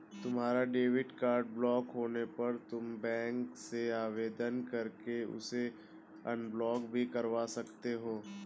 तुम्हारा debit card block होने पर तुम बैंक से आवेदन करके उसे अनब्लॉक भी करवा सकते हो